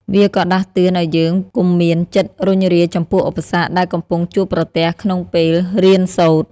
វាក៏ដាស់តឿនឱ្យយើងកុំមានចិត្តរុញរាចំពោះឧបសគ្គដែលកំពុងជួបប្រទះក្នុងពេលរៀនសូត្រ។